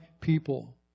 people